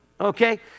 okay